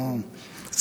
השר, השר.